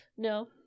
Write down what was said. No